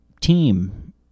team